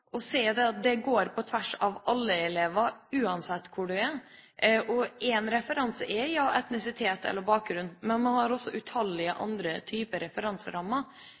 går på tvers av alle elever uansett hvor du er. En referanse er jo etnisitet, eller bakgrunn. Men vi har også utallige andre typer referanserammer.